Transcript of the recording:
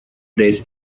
press